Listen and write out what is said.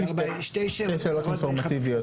יש לי שתי שאלות אינפורמטיביות,